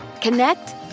connect